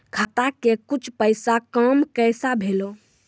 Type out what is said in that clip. खाता के कुछ पैसा काम कैसा भेलौ?